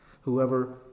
Whoever